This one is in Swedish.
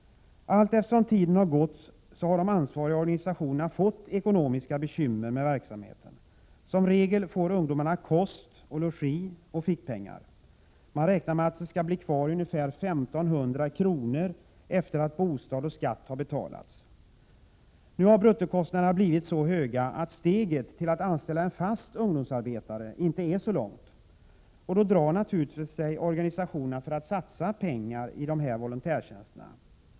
Allteftersom tiden har gått har de ansvariga organisationerna fått ekonomiska bekymmer med verksamheten. Som regel får ungdomarna kost, logi och fickpengar. Man räknar med att det skall bli kvar 1 500 kr. efter att bostad och skatt har betalats. Bruttokostnaderna har nu blivit så höga att steget till att anställa en fast ungdomsarbetare inte är så långt. Och då drar sig organisationerna naturligtvis för att satsa pengar i dessa volontärtjänster.